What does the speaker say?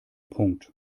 punkt